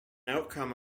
outcome